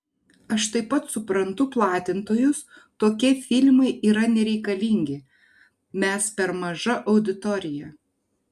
aš taip pat suprantu platintojus tokie filmai yra nereikalingi mes per maža auditorija